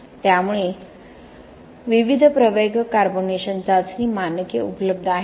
त्यामुळे विविध प्रवेगक कार्बोनेशन चाचणी मानके उपलब्ध आहेत